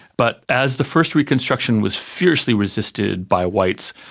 but as the first reconstruction was fiercely resisted by whites,